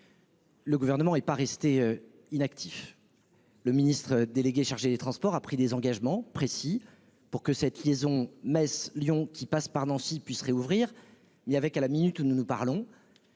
Le Gouvernement n'est pas resté inactif. Le ministre délégué chargé des transports a pris des engagements précis pour que cette liaison Metz-Lyon, qui passe par Nancy, puisse rouvrir. À la minute où nous parlons,